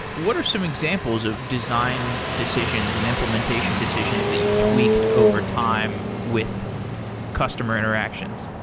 what are some examples of design decisions and implementation decisions that you've tweaked over time with customer interactions?